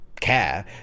Care